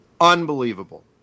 unbelievable